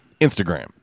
Instagram